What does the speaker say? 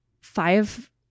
five